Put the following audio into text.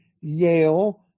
Yale